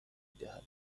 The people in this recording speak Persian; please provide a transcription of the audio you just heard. میدهد